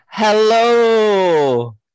Hello